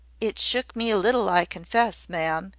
it shook me a little, i confess, ma'am,